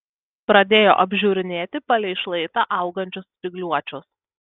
pradėjo apžiūrinėti palei šlaitą augančius spygliuočius